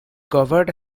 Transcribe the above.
covered